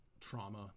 trauma